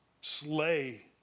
slay